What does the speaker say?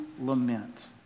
lament